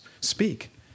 speak